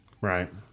Right